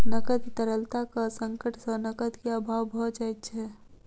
नकद तरलताक संकट सॅ नकद के अभाव भ जाइत छै